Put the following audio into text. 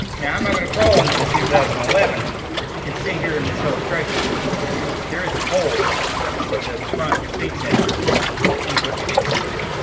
now i'm not gonna crawl under the two thousand and eleven but you can see here in this illustration that there is a hole for the front speed sensor or input speed sensor